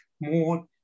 more